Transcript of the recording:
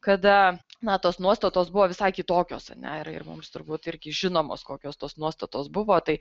kada na tos nuostatos buvo visai kitokios a ne ir mums turbūt irgi žinomos kokios tos nuostatos buvo tai